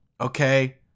Okay